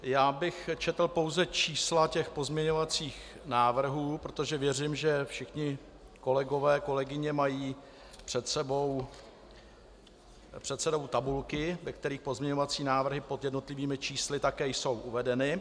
Já bych přečetl pouze čísla těch pozměňovacích návrhů, protože věřím, že všichni kolegové a kolegyně mají před sebou tabulky, ve kterých pozměňovací návrhy pod jednotlivými čísly také jsou uvedeny.